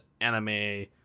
anime